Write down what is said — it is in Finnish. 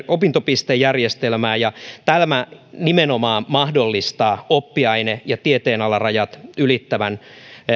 opintopistejärjestelmään ja tämä nimenomaan mahdollistaa oppiaine ja tieteenalarajat ylittävien